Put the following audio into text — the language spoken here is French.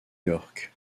york